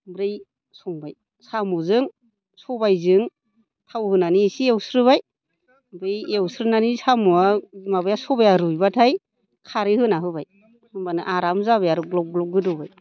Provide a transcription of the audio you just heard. ओमफ्राय संबाय साम'जों सबायजों थाव होनानै एसे एवस्रोबाय ओमफ्राय एवस्रोनानै साम'आ माबाया स'बाया रुइबाथाय खारै होना होबाय होनबानो आराम जाबाय आरो ग्ल'ब ग्ल'ब गोदौबाय